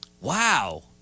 Wow